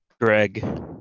Greg